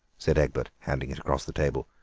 said egbert, handing it across the table,